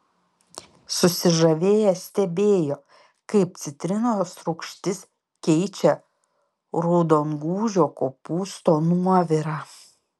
susižavėję stebėjo kaip citrinos rūgštis keičia raudongūžio kopūsto nuovirą